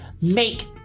make